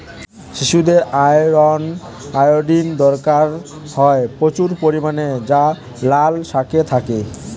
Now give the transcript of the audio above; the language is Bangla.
শিশুদের আয়রন, আয়োডিন দরকার হয় প্রচুর পরিমাণে যা লাল শাকে থাকে